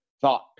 thought